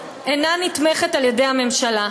אינה נתמכת על-ידי הממשלה.